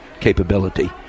capability